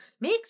make